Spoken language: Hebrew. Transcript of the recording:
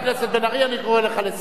אני קורא אותך לסדר פעם ראשונה.